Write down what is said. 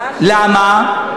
למה?